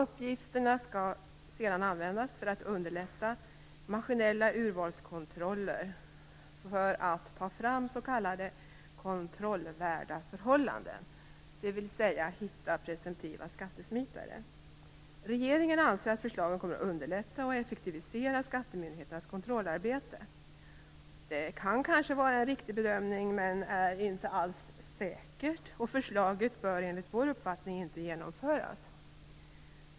Uppgifterna skall sedan användas för att underlätta maskinella urvalskontroller för att ta fram s.k. kontrollvärda förhållanden - dvs. hitta presumtiva skattesmitare. Regeringen anser att förslaget kommer att underlätta och effektivisera skattemyndighetens kontrollarbete. Det kan kanske vara en riktig bedömning, men det är inte alls säkert. Förslaget bör enligt vår uppfattning inte genomföras.